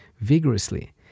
vigorously